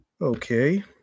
Okay